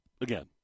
again